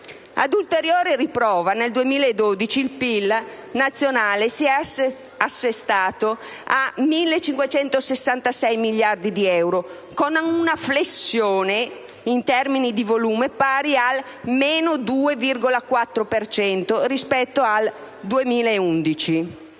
Ad ulteriore riprova, nel 2012 il PIL nazionale si è assestato a 1.566 miliardi di euro, con una flessione in termini di volume pari al 2,4 per cento rispetto al 2011.